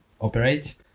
operate